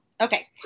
Okay